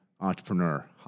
entrepreneur